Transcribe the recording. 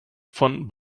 von